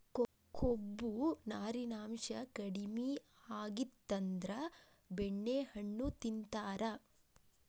ಕೊಬ್ಬು, ನಾರಿನಾಂಶಾ ಕಡಿಮಿ ಆಗಿತ್ತಂದ್ರ ಬೆಣ್ಣೆಹಣ್ಣು ತಿಂತಾರ